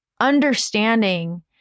understanding